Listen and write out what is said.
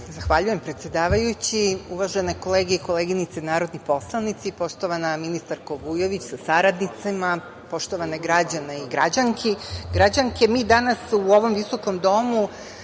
Zahvaljujem, predsedavajući. Uvažene kolege i koleginice narodni poslanici, poštovana ministarko Vujović sa saradnicima, poštovani građani i građanke, mi danas u ovom visokom Domu